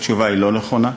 התשובה היא לא נכון,